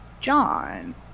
John